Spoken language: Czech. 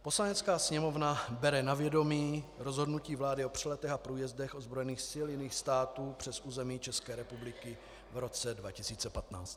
Poslanecká sněmovna bere na vědomí rozhodnutí vlády o přeletech a průjezdech ozbrojených sil jiných států přes území České republiky v roce 2015.